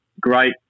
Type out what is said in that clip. great